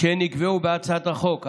שנקבעו בהצעת החוק,